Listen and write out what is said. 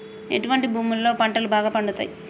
ఎటువంటి భూములలో పంటలు బాగా పండుతయ్?